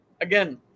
again